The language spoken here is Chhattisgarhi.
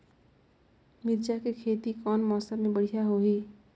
मिरचा के खेती कौन मौसम मे बढ़िया होही?